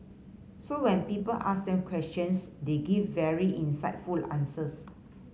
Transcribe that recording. so when people asked them questions they give very insightful answers